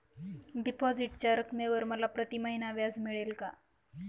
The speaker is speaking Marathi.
डिपॉझिटच्या रकमेवर मला प्रतिमहिना व्याज मिळेल का?